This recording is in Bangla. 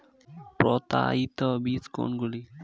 প্রত্যায়িত বীজ কোনগুলি?